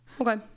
Okay